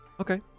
Okay